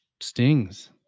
stings